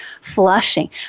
flushing